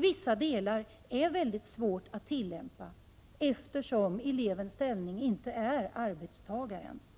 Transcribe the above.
Vissa delar är mycket svåra att. fm ooo oo tillämpa, eftersom elevernas ställning inte är att jämställa med arbetstagarnas.